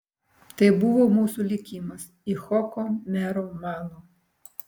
tai buvo mūsų likimas icchoko mero mano